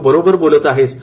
तू बरोबर बोलत आहेस